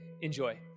Enjoy